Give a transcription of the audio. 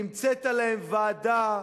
המצאת להם ועדה,